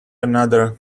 another